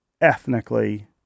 ethnically